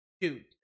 dude